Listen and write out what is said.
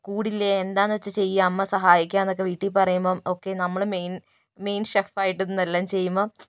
കൂടില്ലേ എന്താണെന്നു വെച്ചാൽ ചെയ്യാം അമ്മ സഹായിക്കാം എന്നൊക്കെ വീട്ടിൽ പറയുമ്പോൾ ഓക്കെ നമ്മൾ മെയിൻ മെയിൻ ഷെഫ്ഫായിട്ട് നിന്ന് എല്ലാം ചെയ്യുമ്പോൾ